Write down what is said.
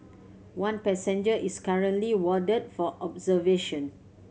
one passenger is currently warded for observation